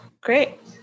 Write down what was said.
great